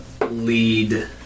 lead